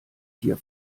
hier